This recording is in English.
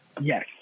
Yes